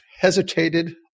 hesitated